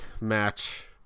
match